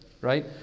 right